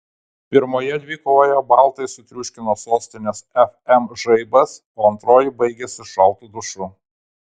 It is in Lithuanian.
pirmoje dvikovoje baltai sutriuškino sostinės fm žaibas o antroji baigėsi šaltu dušu